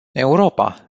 europa